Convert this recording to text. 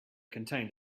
contained